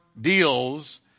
deals